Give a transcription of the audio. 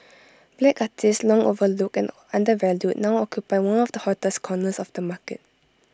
black artists long overlooked and undervalued now occupy one of the hottest corners of the market